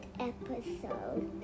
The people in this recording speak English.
episode